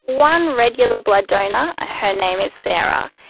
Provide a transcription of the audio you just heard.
one regular blood donor, her name is sarah,